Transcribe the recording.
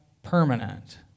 permanent